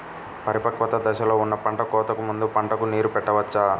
పరిపక్వత దశలో ఉన్న పంట కోతకు ముందు పంటకు నీరు పెట్టవచ్చా?